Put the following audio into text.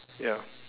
ya